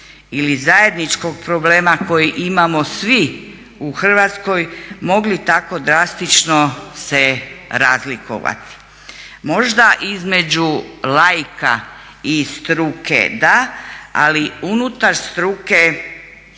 ili zajedničkog problema kojeg imamo svi u Hrvatskoj mogli tako drastično se razlikovati. Možda između laika i struke da, ali unutar struke